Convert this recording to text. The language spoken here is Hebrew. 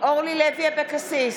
אורלי לוי אבקסיס,